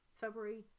February